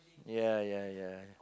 ya ya ya